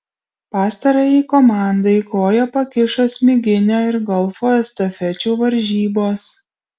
pastarajai komandai koją pakišo smiginio ir golfo estafečių varžybos